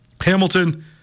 Hamilton